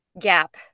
gap